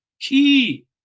key